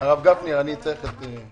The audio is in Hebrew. הרב גפני, אני צריך אותו.